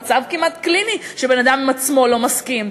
זה מצב כמעט קליני שבן-אדם עם עצמו לא מסכים,